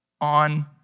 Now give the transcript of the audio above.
on